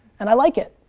and i like it.